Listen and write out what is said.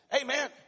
Amen